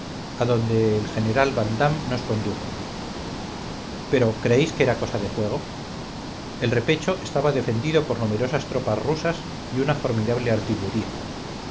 a donde el general vandamme nos condujo pero creéis que era cosa de juego el repecho estaba defendido por numerosas tropas rusas y una formidable artillería